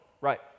Right